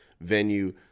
venue